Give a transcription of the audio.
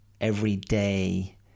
everyday